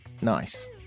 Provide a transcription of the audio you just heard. nice